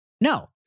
No